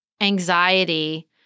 anxiety